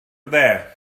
dde